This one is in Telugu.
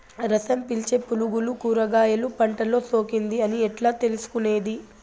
రసం పీల్చే పులుగులు కూరగాయలు పంటలో సోకింది అని ఎట్లా తెలుసుకునేది?